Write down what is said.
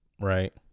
right